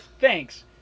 Thanks